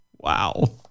Wow